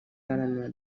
iharanira